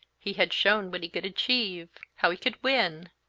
he had shown what he could achieve, how he could win,